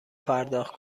پرداخت